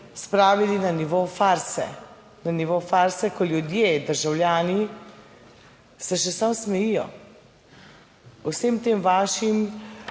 spravili na nivo farse. Na nivo farse, ko ljudje, državljani, se še samo smejijo vsem tem vašim